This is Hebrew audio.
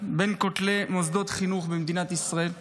מוצאים מקום בין כותלי מוסדות חינוך במדינת ישראל,